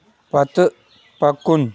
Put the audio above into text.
پتہٕ پکُن